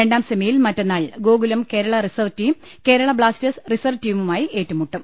രണ്ടാം സെമിയിൽ മറ്റന്നാൾ Gokulam Kerala reserve team Kerala Blasters reserve ടീമുമായി ഏറ്റൂമുട്ടും